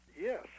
Yes